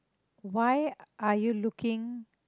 why are you looking